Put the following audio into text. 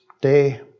day